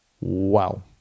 wow